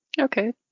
Okay